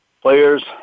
players